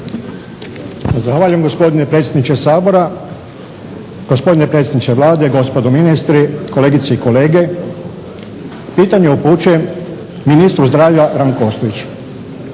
Zahvaljujem gospodine predsjedniče Sabora, gospodine predsjedniče Vlade, gospodo ministri, kolegice i kolege. Pitanje upućujem ministru zdravlja Rajku Ostojiću.